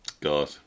God